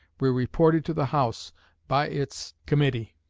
were reported to the house by its committee.